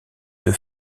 deux